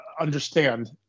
understand